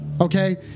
okay